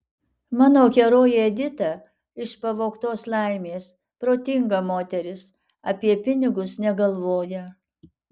mano herojė edita iš pavogtos laimės protinga moteris apie pinigus negalvoja